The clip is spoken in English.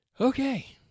Okay